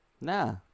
Nah